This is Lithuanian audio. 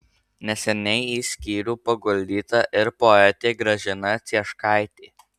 neseniai į skyrių paguldyta ir poetė gražina cieškaitė